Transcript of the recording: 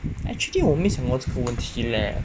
actually 我没想过这个问题咧